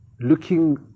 looking